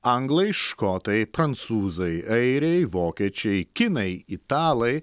anglai škotai prancūzai airiai vokiečiai kinai italai